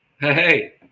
Hey